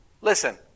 listen